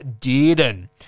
Dearden